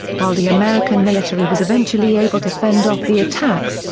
while the american military was eventually able to fend off the attacks,